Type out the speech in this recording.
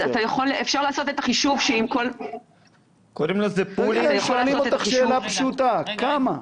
אפשר לעשות את החישוב --- שואלים אותך שאלה פשוטה כמה?